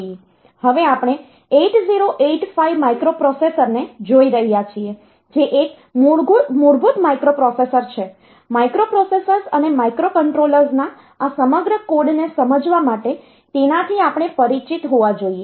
હવે આપણે 8085 માઇક્રોપ્રોસેસરને જોઈ રહ્યા છીએ જે એક મૂળભૂત માઇક્રોપ્રોસેસર છે માઇક્રોપ્રોસેસર્સ અને માઇક્રોકન્ટ્રોલર્સના આ સમગ્ર કોડ ને સમજવા માટે તેનાથી આપણે પરિચિત હોવા જોઈએ